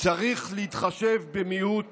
צריך להתחשב במיעוט